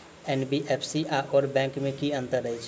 NBFC आओर bank मे की अंतर अछि?